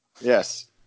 Yes